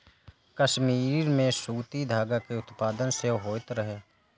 कश्मीर मे सूती धागा के उत्पादन सेहो होइत रहै